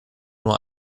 nur